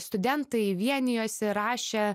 studentai vienijosi rašė